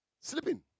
Sleeping